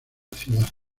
ciudad